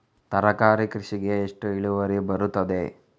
ತರಕಾರಿ ಕೃಷಿಗೆ ಎಷ್ಟು ಇಳುವರಿ ಬರುತ್ತದೆ?